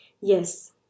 Yes